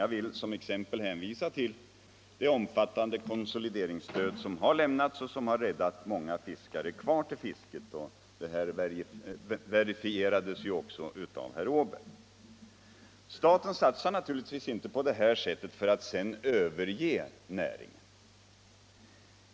Jag vill som exempel hänvisa till det omfattande konsolideringsstöd som har lämnats och som har räddat många fiskare kvar i fisket; det verifierades ju också av herr Åberg. Staten satsar naturligtvis inte på det här sättet för att sedan överge näringen.